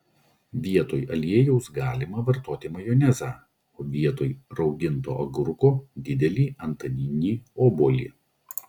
vietoj aliejaus galima vartoti majonezą o vietoj rauginto agurko didelį antaninį obuolį